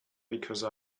because